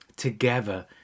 together